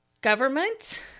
government